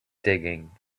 digging